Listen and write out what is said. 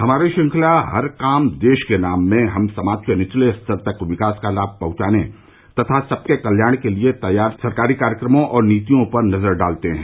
हमारी श्रंखला हर काम देश के नाम में हम समाज के निचले स्तर तक विकास का लाभ पहुंचाने तथा सबके कल्याण के लिए तैयार सरकारी कार्यक्रमों और नीतियों पर नजर डालते हैं